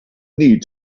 need